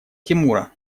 тимура